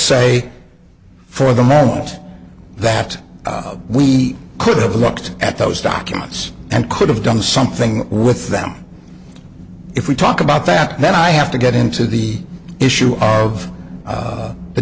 say for the moment that we could have looked at those documents and could have done something with them if we talk about that then i have to get into the issue of